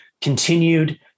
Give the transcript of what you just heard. continued